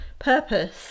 Purpose